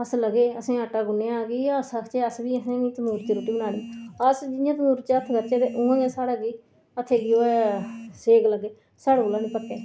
अस लग्गे असें आटा गुन्नेआ की के अस आखचै अस बी खमीरे दी रूट्टी बनानी अस जियां च हत्थ पाचै ते इयां गै साढ़ा की हत्थै गी ओह् सेक लग्गै साढ़े कोला नी पक्के